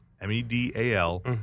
M-E-D-A-L